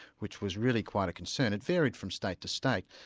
which was really quite a concern. it varied from state to state.